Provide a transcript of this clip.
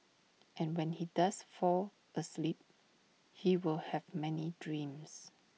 and when he does fall asleep he will have many dreams